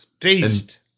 Beast